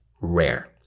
rare